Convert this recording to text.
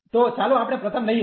તો ચાલો આપણે પ્રથમ લઈએ